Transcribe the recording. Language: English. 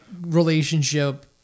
relationship